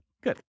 Good